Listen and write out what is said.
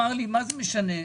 מה זה משנה?